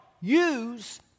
use